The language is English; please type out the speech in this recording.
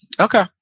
Okay